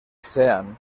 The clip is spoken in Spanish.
sean